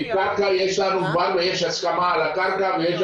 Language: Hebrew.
קרקע יש לנו כבר ויש הסכמה על הקרקע ויש